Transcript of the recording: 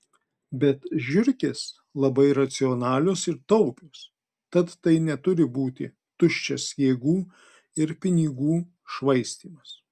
bet žiurkės labai racionalios ir taupios tad tai neturi būti tuščias jėgų ir pinigų švaistymas